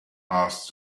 asked